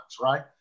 right